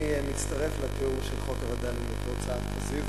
אני מצטרף לתיאור של חוק הווד"לים בתור צעד פזיז.